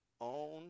own